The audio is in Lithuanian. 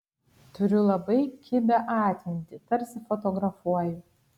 turiu labai kibią atmintį tarsi fotografuoju